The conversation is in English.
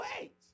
wait